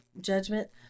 judgment